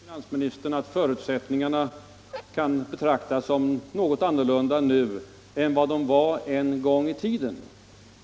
Herr talman! Jag skall gärna medge, herr finansminister, att ränteförutsättningarna kan betraktas som något annorlunda nu än vad de var en gång i tiden.